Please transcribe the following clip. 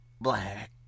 Black